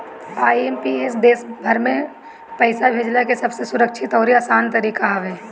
IMPS देस भर में पईसा भेजला के सबसे सुरक्षित अउरी आसान तरीका हवे